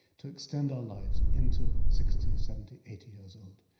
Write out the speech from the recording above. to extend our lives into sixty, seventy, eighty years old.